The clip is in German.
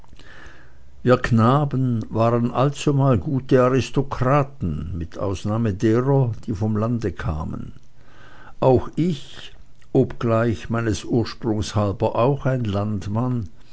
wir knaben waren allzumal gute aristokraten mit ausnahme derer die vom lande kamen auch ich obgleich meines ursprunges halber auch ein landmann